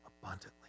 abundantly